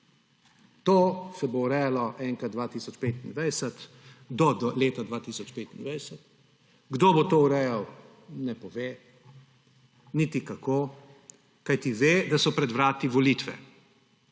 To se bo urejalo enkrat do leta 2025. Kdo bo to urejal, ne pove, niti kako, kajti ve, da so pred vrati volitve.